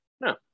No